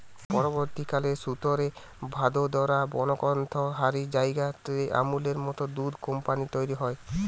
পরবর্তীকালে সুরতে, ভাদোদরা, বনস্কন্থা হারি জায়গা রে আমূলের মত দুধ কম্পানী তইরি হয়